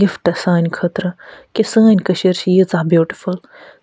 gift سانہِ خٲطرٕ کہِ سٲنۍ کٔشیٖر چھِ ییٖژاہ بیوٗٹِفُل